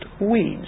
weeds